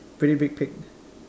pretty big pig